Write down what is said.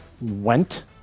Went